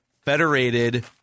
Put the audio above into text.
Federated